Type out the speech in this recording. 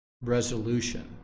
resolution